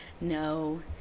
No